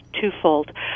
twofold